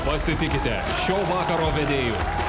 pasitikite šio vakaro vedėjus